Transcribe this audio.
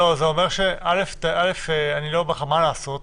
אני לא אומר לך מה לעשות,